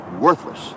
worthless